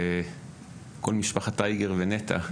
משפחת אייגר ונטע,